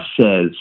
says